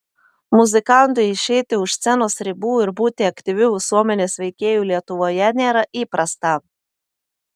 muzikantui išeiti už scenos ribų ir būti aktyviu visuomenės veikėju lietuvoje nėra įprasta